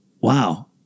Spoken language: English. wow